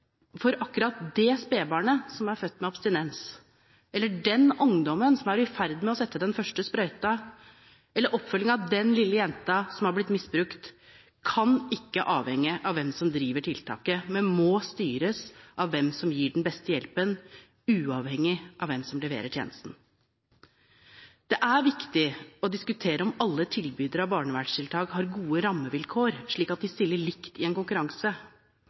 for akkurat det spedbarnet som er født med abstinens, eller for den ungdommen som er i ferd med å sette den første sprøyten, eller den beste oppfølgingen av den lille jenta som har blitt misbrukt, kan ikke avhenge av hvem som driver tiltaket, men må styres av hvem som gir den beste hjelpen, uavhengig av hvem som leverer tjenesten. Det er viktig å diskutere om alle tilbydere av barnevernstiltak har gode rammevilkår slik at de stiller likt i en konkurranse,